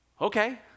Okay